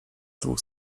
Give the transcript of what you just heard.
dwóch